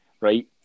right